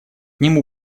нему